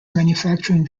manufacturing